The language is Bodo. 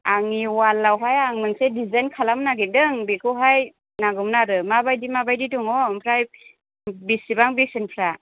आंनि अवालावहाय आं मोनसे दिजाइन खालामनो नागिरदों बेखौहाय नांगौमोन आरो माबायदि माबायदि दङ ओमफ्राय बिसिबां बेसेनफ्रा